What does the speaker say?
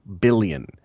billion